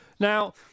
Now